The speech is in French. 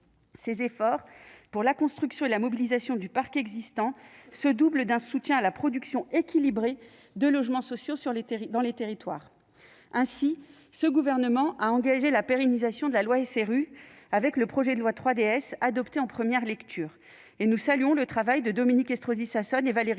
Ces efforts pour la construction et la mobilisation du parc existant se doublent d'un soutien à la production équilibrée de logements sociaux dans les territoires. Ainsi, ce gouvernement a engagé la pérennisation de la loi SRU avec le projet de loi 3DS, adopté en première lecture au Sénat. Nous saluons le travail accompli en ce sens par Dominique Estrosi Sassone et Valérie